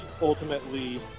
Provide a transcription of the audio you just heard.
ultimately